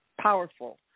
powerful